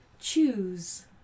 choose